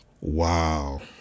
Wow